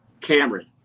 Cameron